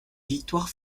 victoire